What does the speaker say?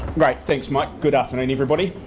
right, thanks mike, good afternoon everybody.